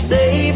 Stay